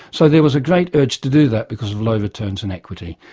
so there was a great urge to do that because of low returns in equity.